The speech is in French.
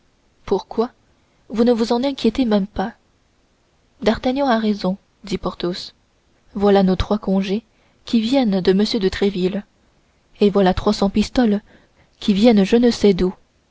pourquoi vous ne vous en inquiétez même pas d'artagnan a raison dit athos voilà nos trois congés qui viennent de m de tréville et voilà trois cents pistoles qui viennent je ne sais d'où